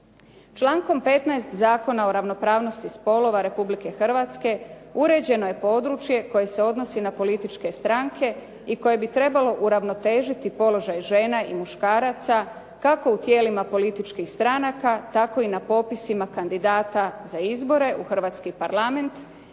Člankom 15. Zakona o ravnopravnosti spolova Republike Hrvatske uređeno je područje koje se odnosi na političke stranke i koje bi trebalo uravnotežiti položaj žena i muškaraca kako u tijelima političkih stranaka, tako i na popisima kandidata za izbore u Hrvatski parlament